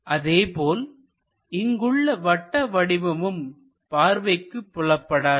அதேபோல் இங்குள்ள வட்ட வடிவமும் பார்வைக்கு புலப்படாது